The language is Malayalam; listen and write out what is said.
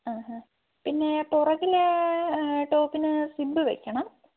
ആ ആ പിന്നെ പുറകിൽ ടോപ്പിന് സിബ്ബ് വയ്ക്കണം